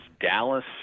dallas